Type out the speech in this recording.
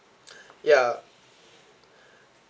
ya